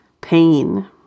pain